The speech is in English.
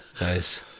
Nice